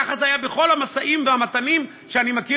ככה זה היה בכל המשאים-והמתנים שאני מכיר